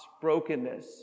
brokenness